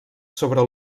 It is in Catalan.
sobre